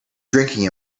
drinking